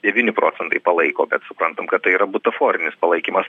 devyni procentai palaiko bet suprantam kad tai yra butaforinis palaikymas